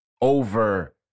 over